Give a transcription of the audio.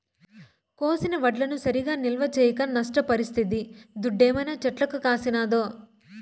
కోసిన వడ్లను సరిగా నిల్వ చేయక నష్టపరిస్తిది దుడ్డేమైనా చెట్లకు కాసినాదో